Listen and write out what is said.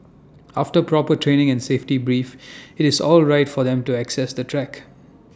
after proper training and safety brief IT is all right for them to access the track